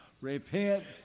Repent